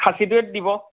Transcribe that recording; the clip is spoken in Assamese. খাছীটোৱে দি দিব